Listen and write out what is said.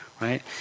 right